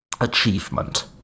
achievement